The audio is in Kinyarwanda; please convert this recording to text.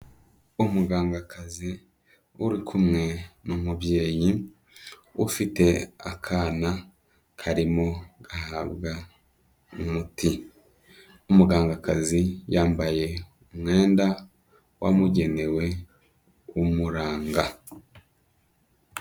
Umugangakazi uri kumwe n'umubyeyi ufite akana karimo gahabwa umuti, umugangakazi yambaye umwenda wamugenewe umuranga.